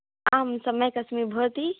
आम् सम्यकस्मि भवती